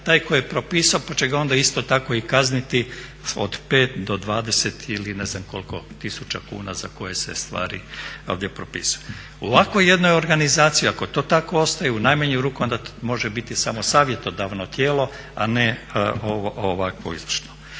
taj koji je propisao, pa će ga onda isto tako i kazniti od 5 do 20 ili ne znam koliko tisuća kuna za koje se stvari ovdje propisuje. U ovako jednoj organizaciji ako to tako ostane u najmanju ruku onda može biti samo savjetodavno tijelo a ne ovakvo izvršno.